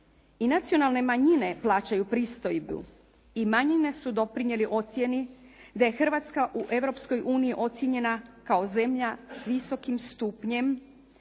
I nacionalne manjine plaćaju pristojbu i manjine su doprinijele ocjeni da je Hrvatska u Europskoj uniji ocijenjena kao zemlja s visokim stupnjem